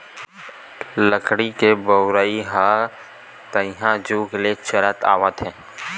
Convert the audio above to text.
लकड़ी के बउरइ ह तइहा जुग ले चलत आवत हे